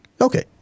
Okay